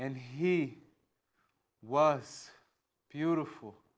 and he was beautiful